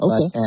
Okay